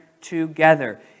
together